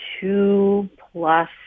two-plus